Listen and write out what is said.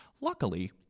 Luckily